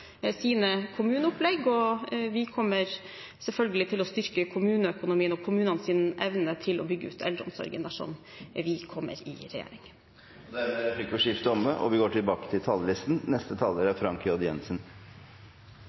sine kommuneopplegg, og vi kommer selvfølgelig til å styrke kommuneøkonomien og kommunenes evne til å bygge ut eldreomsorgen dersom vi kommer i regjering. Replikkordskiftet er omme.